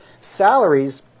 salaries